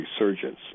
resurgence